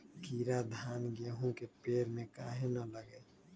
कीरा धान, गेहूं के पेड़ में काहे न लगे?